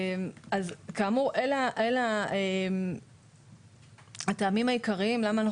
אז כאמור אלו הטעמים העיקריים למה אנחנו